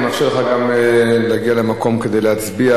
אנחנו נאפשר לך להגיע למקום כדי להצביע.